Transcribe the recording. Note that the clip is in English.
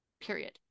period